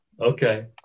Okay